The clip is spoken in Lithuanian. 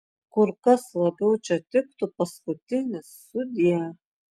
kur kas labiau čia tiktų paskutinis sudie